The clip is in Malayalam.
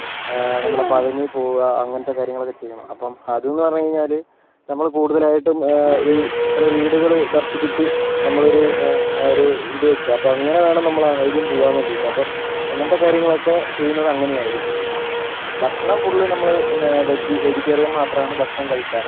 നമ്മുടെ പഴനി പോവുക അങ്ങനത്തെ കാര്യങ്ങൾ ഒക്കെ ചെയ്യണം അപ്പം അതെന്ന് പറഞ്ഞ് കഴിഞ്ഞാല് നമ്മള് കൂടുതലായിട്ടും ഈ എത്രയോ വീടുകള് ദർശിച്ചിട്ട് നമ്മളൊരു ഒരു ഇത് വയ്ക്കും അപ്പോൾ അങ്ങനെ വേണം നമ്മള് അതിന് പോകാൻ വേണ്ടിയിട്ട് അപ്പോൾ അങ്ങനത്തെ കാര്യങ്ങൾ ഒക്കെ ചെയുന്നത് അങ്ങനെ ആയിരിക്കും ഭക്ഷണം ഫുൾ നമ്മള് പിന്നേ വെജ് വെജിറ്റേറിയൻ മാത്രമാണ് ഭക്ഷണം കഴിക്കാറ്